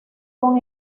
con